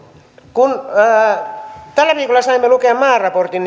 kun viime viikolla saimme lukea maaraportin